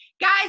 Guys